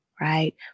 right